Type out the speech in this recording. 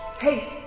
Hey